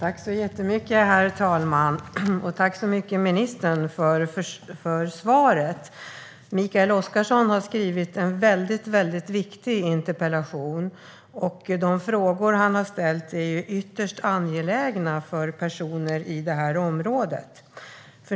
Herr talman! Tack, ministern, för svaret! Mikael Oscarsson har skrivit en väldigt viktig interpellation, och de frågor han har ställt är ytterst angelägna för personer i detta område.